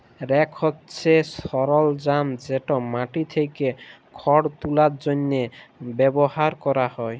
rake হছে সরলজাম যেট মাটি থ্যাকে খড় তুলার জ্যনহে ব্যাভার ক্যরা হ্যয়